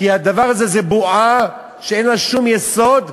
כי הדבר הזה הוא בועה שאין לה שום יסוד,